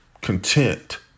content